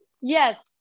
Yes